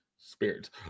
spirits